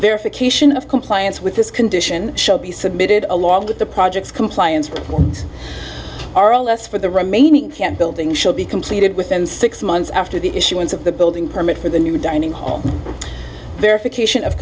verification of compliance with this condition shall be submitted along with the project's compliance or less for the remaining can building should be completed within six months after the issuance of the building permit for the new dining hall verification of